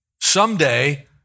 someday